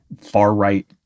far-right